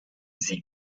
sie